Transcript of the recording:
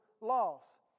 loss